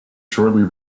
shortly